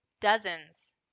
dozens